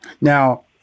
Now